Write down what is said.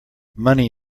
money